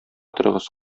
торыгыз